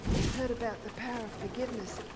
you've heard about the power of forgiveness.